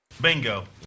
Bingo